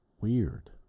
weird